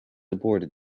aborted